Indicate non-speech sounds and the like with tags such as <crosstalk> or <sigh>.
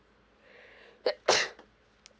<breath> <noise>